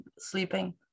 sleeping